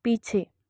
पीछे